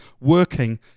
working